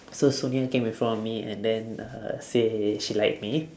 so sonia came in front of me and then uh say she like me